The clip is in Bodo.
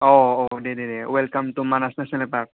औ औ दे दे दे welcome to Manas national park